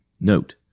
Note